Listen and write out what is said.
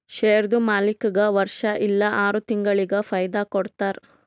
ಶೇರ್ದು ಮಾಲೀಕ್ಗಾ ವರ್ಷಾ ಇಲ್ಲಾ ಆರ ತಿಂಗುಳಿಗ ಫೈದಾ ಕೊಡ್ತಾರ್